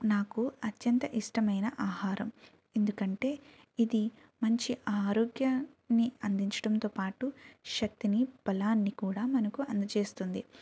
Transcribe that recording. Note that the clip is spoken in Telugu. నాకు అత్యంత ఇష్టమైన ఆహారం ఎందుకంటే ఇది మంచి ఆరోగ్యాన్ని అందించటంతో పాటు శక్తినీ బలాన్నీ కూడా మనకు అందజేస్తుంది